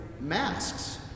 masks